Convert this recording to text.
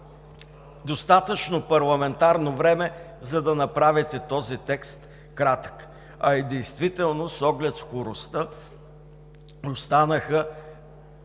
достатъчно парламентарно време, за да направите този текст кратък, а и действително, с оглед скоростта, станаха